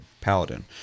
Paladin